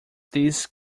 this